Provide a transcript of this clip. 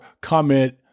comment